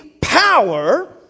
power